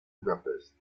budapest